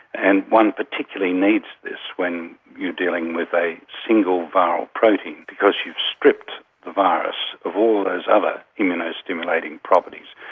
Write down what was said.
and one particularly needs this when you are dealing with a single viral protein because you've stripped the virus of all those other immuno-stimulating properties,